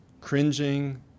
cringing